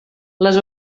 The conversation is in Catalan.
les